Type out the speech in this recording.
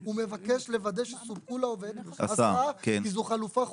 הוא מבקש לוודא שסופקה לעובד הסעה כי זו חלופה חוקית.